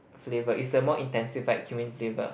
flavor is a more intensified cumin flavor